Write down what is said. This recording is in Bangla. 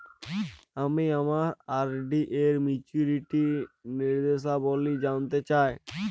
আমি আমার আর.ডি এর মাচুরিটি নির্দেশাবলী জানতে চাই